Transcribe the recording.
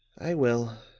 i will,